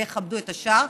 ויכבדו את השאר.